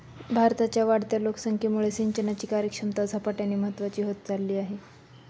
भारताच्या वाढत्या लोकसंख्येमुळे सिंचनाची कार्यक्षमता झपाट्याने महत्वाची होत चालली आहे